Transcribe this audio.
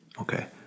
Okay